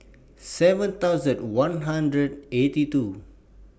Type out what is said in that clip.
seven thousand one hundred eighty two